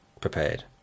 prepared